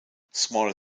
smaller